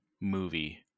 movie